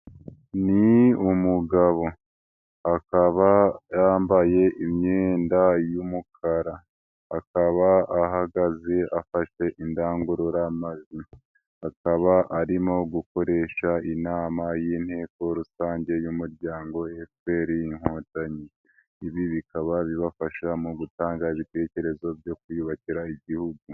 Ni umugabo akaba yarambaye imyenda y'umukara. Akaba ahagaze afashe indangururamajwi, akaba arimo gukoresha inama y'inteko rusange y'umuryango FPR Inkotanyi. Ibi bikaba bibafasha mu gutanga ibitekerezo byo kwiyubakira Igihugu.